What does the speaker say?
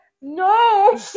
No